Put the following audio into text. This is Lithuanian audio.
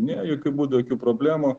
ne jokiu būdu jokių problemų